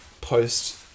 Post